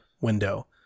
window